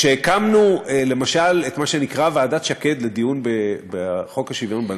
כשהקמנו למשל את מה שנקרא ועדת שקד לדיון בחוק השוויון בנטל,